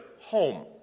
home